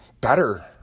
better